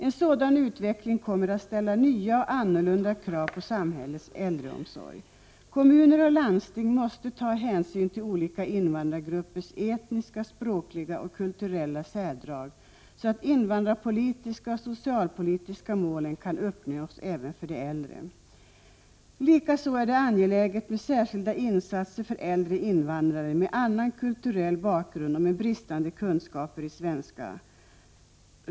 En sådan utveckling kommer att ställa nya och annorlunda krav på samhällets ! äldreomsorg. Kommuner och landsting måste ta hänsyn till olika invandrargruppers etniska, språkliga och kulturella särdrag, så att de invandrarpolitiska och socialpolitiska målen kan uppnås även för äldre. Likaså är det angeläget med särskilda insatser för äldre invandrare med annan kulturell bakgrund och med bristande kunskaper i svenska.